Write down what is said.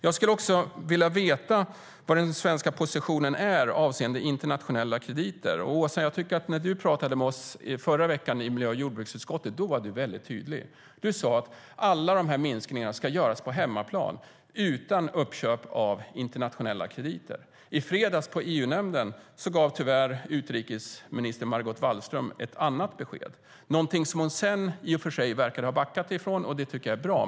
Jag vill också veta vad den svenska positionen är avseende internationella krediter. När du, Åsa, talade med oss i miljö och jordbruksutskottet i förra veckan var du tydlig. Du sade att alla minskningar ska göras på hemmaplan utan uppköp av internationella krediter. På EU-nämnden i fredags gav utrikesminister Margot Wallström tyvärr ett annat besked. Hon verkar sedan ha backat från det, vilket är bra.